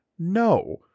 No